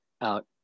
out